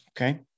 Okay